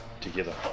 together